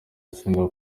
asenga